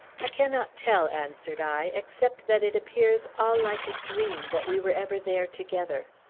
i cannot tell, answered i except that it appears all like a dream that we were ever there together.